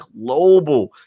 global